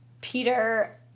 Peter